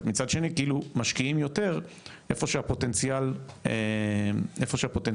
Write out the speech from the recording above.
מצד שני, משקיעים יותר איפה שהפוטנציאל יורד.